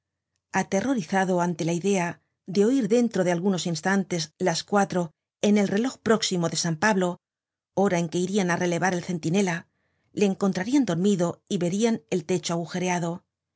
aterrorizado ante la idea de oir dentro de algunos instantes las cuatro en el reloj próximo de san pablo hora en que irian á relevar el centinela le encontrarian dormido y verian el techo agujereado